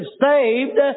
saved